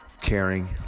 caring